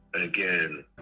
again